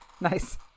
Nice